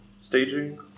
staging